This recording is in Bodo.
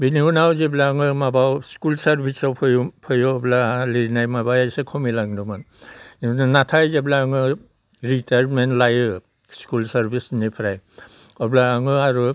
बेनि उनाव जेब्ला आङो माबायाव स्कुल सार्भिसाव फैयो अब्ला लिरनाय माबाया एसे खमाय लांदोंमोन नाथाय जेब्ला आङो रिटायारमेन्ट लायो स्कुल सार्भिसनिफ्राय अब्ला आङो आरो